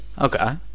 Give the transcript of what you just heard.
Okay